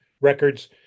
records